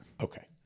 Okay